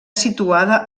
situada